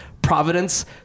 Providence